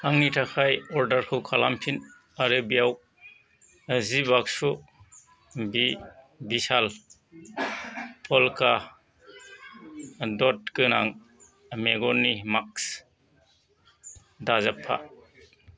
आंनि थाखाय अर्डारखौ खालामफिन आरो बेयाव जि बाक्सु बि बिशाल पलका दट गोनां मेगननि मास्क दाजाबफा